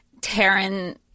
Taryn